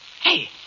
Hey